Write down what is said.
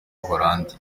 buholandi